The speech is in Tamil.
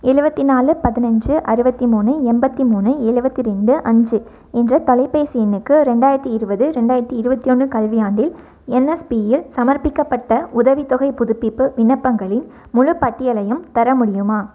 எழுவத்தி நாலு பதினஞ்சு அறுபத்தி மூணு எண்பத்தி மூணு எழுபத்தி ரெண்டு அஞ்சு என்ற தொலைபேசி எண்ணுக்கு ரெண்டாயிரத்தி இருபது ரெண்டாயிரத்தி இருபத்தி ஒன்று கல்வியாண்டில் என்எஸ்பியில் சமர்ப்பிக்கப்பட்ட உதவித்தொகைப் புதுப்பிப்பு விண்ணப்பங்களின் முழுப் பட்டியலையும் தர முடியுமா